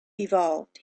evolved